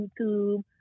youtube